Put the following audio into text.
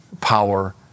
power